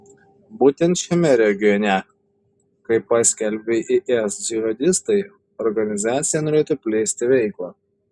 būtent šiame regione kaip paskelbė is džihadistai organizacija norėtų plėsti veiklą